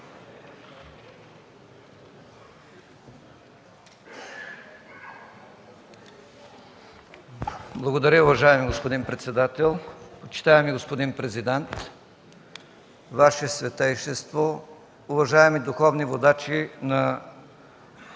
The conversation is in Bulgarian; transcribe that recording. Благодаря, уважаеми господин председател. Почитаеми господин президент, Ваше Светейшество, уважаеми духовни водачи на